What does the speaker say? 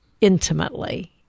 intimately